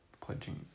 pledging